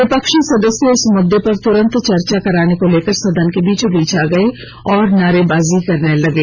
विपक्षी सदस्य इस मुद्दे पर तुरन्त चर्चा कराने को लेकर सदन के बीचोंबीच आ गए और नारे बाजी करने लगे